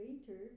later